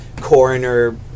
coroner